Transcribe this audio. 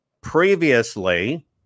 Previously